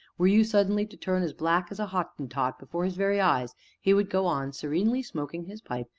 were you suddenly to turn as black as a hottentot before his very eyes he would go on serenely smoking his pipe,